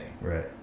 right